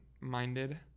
minded